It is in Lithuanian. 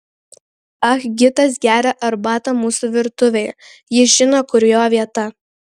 ah gitas geria arbatą mūsų virtuvėje jis žino kur jo vieta